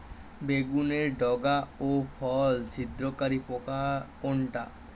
বেগুনের ডগা ও ফল ছিদ্রকারী পোকা কোনটা?